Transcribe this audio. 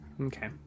Okay